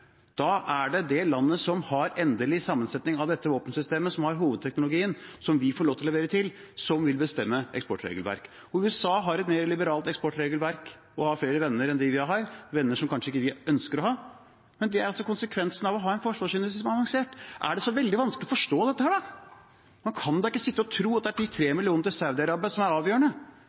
Da er det det landet som har den endelige sammensetningen av dette våpensystemet, som har hovedteknologien, og som vi får lov å levere til, som vil bestemme eksportregelverket. USA har et mer liberalt eksportregelverk og har flere venner enn vi har – venner som vi kanskje ikke ønsker å ha, men det er altså konsekvensen av å ha en avansert forsvarsindustri. Er det så vanskelig å forstå dette? Man kan da ikke sitte og tro at det er de tre millionene til Saudi-Arabia som er avgjørende.